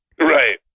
Right